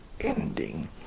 ending